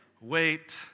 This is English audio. wait